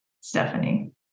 Stephanie